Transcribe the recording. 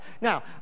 Now